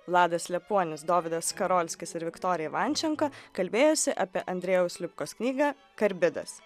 vladas liepuonius dovydas skarolskis ir viktorija ivančenko kalbėjosi apie andrejaus lipkos knygą karbidas